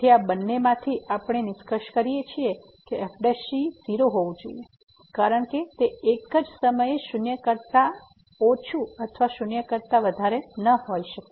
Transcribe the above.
તેથી આ બંનેમાંથી આપણે નિષ્કર્ષ કરીએ છીએ કે fc 0 હોવું જોઈએ કારણ કે તે એક જ સમયે શૂન્ય કરતા ઓછુ અથવા શૂન્ય કરતા વધારે ન હોઈ શકે